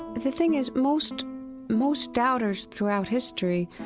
the thing is most most doubters throughout history,